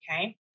Okay